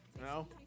No